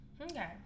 Okay